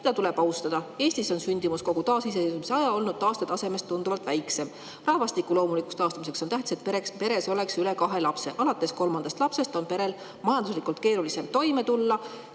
mida tuleb austada. Eestis on sündimus kogu taasiseseisvuse aja olnud taastetasemest tunduvalt väiksem. Rahvastiku loomulikuks taastamiseks on tähtis, et peres oleks üle kahe lapse. Alates kolmandast lapsest on perel majanduslikult keerulisem toime tulla